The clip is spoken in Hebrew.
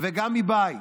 וגם מבית,